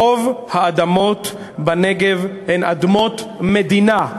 רוב האדמות בנגב הן אדמות מדינה.